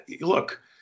look